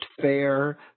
fair